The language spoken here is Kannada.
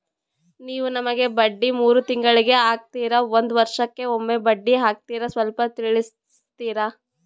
ನೀವು ನಮಗೆ ಬಡ್ಡಿ ಮೂರು ತಿಂಗಳಿಗೆ ಹಾಕ್ತಿರಾ, ಒಂದ್ ವರ್ಷಕ್ಕೆ ಒಮ್ಮೆ ಬಡ್ಡಿ ಹಾಕ್ತಿರಾ ಸ್ವಲ್ಪ ತಿಳಿಸ್ತೀರ?